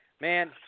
Man